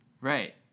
Right